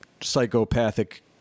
psychopathic